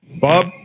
Bob